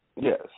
Yes